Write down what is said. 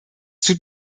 tut